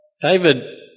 David